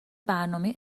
برنامه